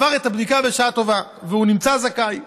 עבר את הבדיקה בשעה טובה ונמצא זכאי.